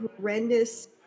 horrendous